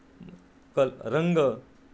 कल रंग